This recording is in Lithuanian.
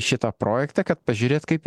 šitą projektą kad pažiūrėt kaip